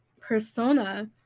persona